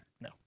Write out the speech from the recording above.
No